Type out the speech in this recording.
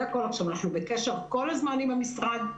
אנחנו בקשר כל הזמן עם המשרד,